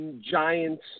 Giants